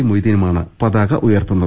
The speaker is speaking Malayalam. മൊയ്തീനുമാണ് പതാക ഉയർത്തുന്നത്